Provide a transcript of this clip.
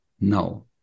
No